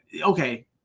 okay